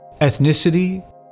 ethnicity